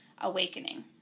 awakening